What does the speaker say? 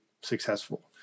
successful